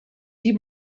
die